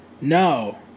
No